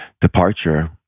departure